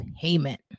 payment